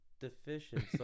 deficient